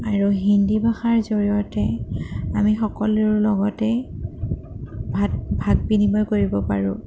আৰু হিন্দী ভাষাৰ জৰিয়তে আমি সকলোৰে লগতে ভাত ভাব বিনিময় কৰিব পাৰোঁ